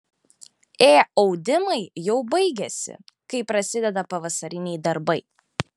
ė audimai jau baigiasi kai prasideda pavasariniai darbai